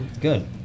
Good